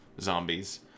zombies